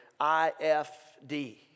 IFD